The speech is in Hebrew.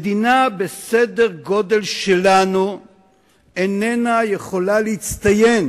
מדינה בסדר-גודל שלנו איננה יכולה להצטיין